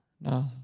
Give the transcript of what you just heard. no